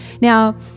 Now